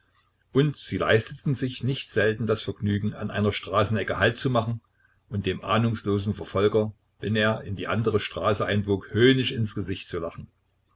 und sie leisteten sich nicht selten das vergnügen an einer straßenecke halt zu machen und dem ahnungslosen verfolger wenn er in die andere straße einbog höhnisch ins gesicht zu lachen